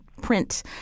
print